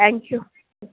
thank you